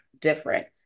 different